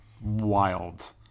wild